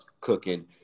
cooking